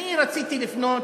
רציתי לפנות,